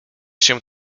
się